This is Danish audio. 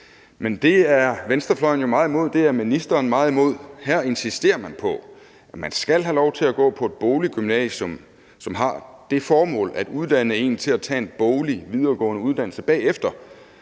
Men det er venstrefløjen jo meget imod, det er ministeren meget imod. Her insisteres der på, at man skal have lov til at gå på et bogligt gymnasium, som har det formål at uddanne en til at tage en boglig, videregående uddannelse bagefter,